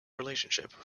relationship